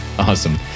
awesome